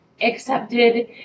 accepted